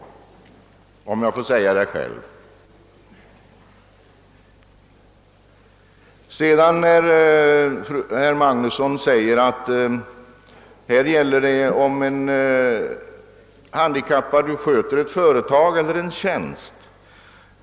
Om jag får säga det själv. Herr Magnusson säger att här gäller det om handikappade sköter ett företag eller en tjänst.